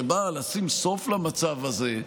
שבאה לשים סוף למצב הזה,